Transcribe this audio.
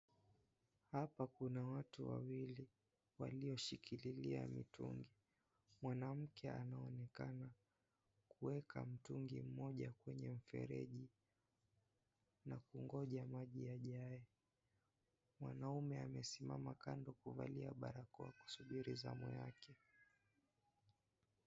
Hapa kuna watu wawili walioshikikilia mitungi. Mwanamke anaonekana kuweka mtungi moja kwenye fereji na kungoja maji yajae. Mwanaume amesimama kando kuvalia barakoa kusubiri zamu yake.